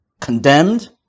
condemned